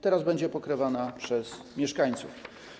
Teraz będą one pokrywane przez mieszkańców.